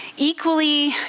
Equally